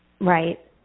Right